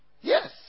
Yes